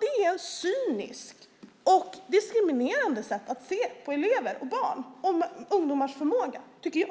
Det är ett cyniskt och diskriminerande sätt att se på elever och barn och på ungdomars förmåga, tycker jag.